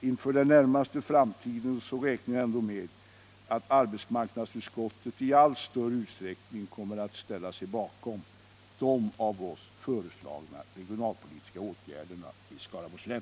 Inför den närmaste framtiden räknar jag ändå med att arbetsmarknadsutskottet i allt större utsträckning kommer att ställa sig bakom de av oss föreslagna regionalpolitiska åtgärderna i Skaraborgs län.